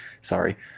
sorry